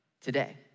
today